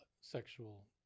sexual